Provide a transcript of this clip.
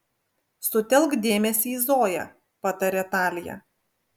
sutelk dėmesį į zoją patarė talija